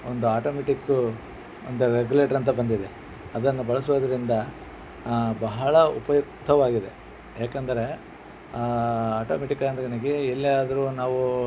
ಒಂದು ಆಟೋಮ್ಯಾಟಿಕ್ಕು ಒಂದು ರೆಗ್ಯುಲೇಟರ್ ಅಂತ ಬಂದಿದೆ ಅದನ್ನು ಬಳಸುವುದರಿಂದ ಬಹಳ ಉಪಯುಕ್ತವಾಗಿದೆ ಯಾಕೆಂದರೆ ಆಟೋಮ್ಯಾಟಿಕ್ ಅಂದ್ರೆ ಎಲ್ಲಿಯಾದ್ರೂ ನಾವು